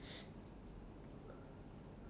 quite expensive lah for that